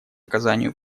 оказанию